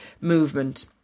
movement